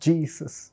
Jesus